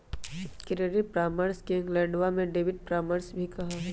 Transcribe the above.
credit परामर्श के इंग्लैंडवा में डेबिट परामर्श भी कहा हई